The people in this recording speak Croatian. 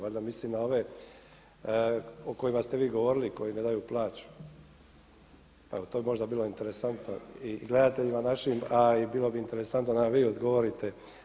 Valjda misli na ove o kojima ste vi govorili koji ne daju plaću, pa bi to možda bilo interesantno i gledateljima našim, a bilo bi interesantno da nam vi odgovorite.